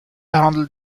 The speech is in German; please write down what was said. handelt